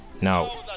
Now